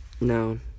No